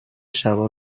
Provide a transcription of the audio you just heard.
شبا